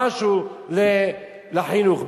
משהו לחינוך.